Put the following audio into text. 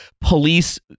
police